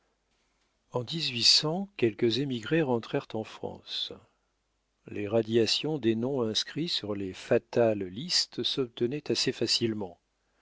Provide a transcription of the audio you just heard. en quelques émigrés rentrèrent en france les radiations des noms inscrits sur les fatales listes s'obtenaient assez facilement